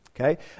okay